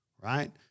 right